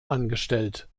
angestellt